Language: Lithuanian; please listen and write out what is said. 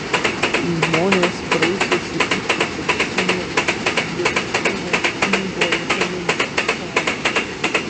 žmonės prausėsi ištirpinę sniegą vietoj muilo naudojo pelenų šarmą